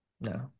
No